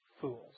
fools